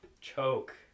choke